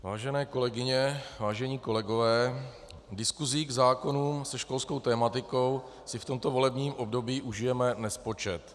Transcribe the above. Vážené kolegyně, vážení kolegové, v diskusích k zákonům se školskou tematikou si v tomto volební období užijeme nespočet.